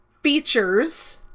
features